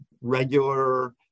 regular